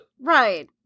Right